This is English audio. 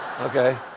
Okay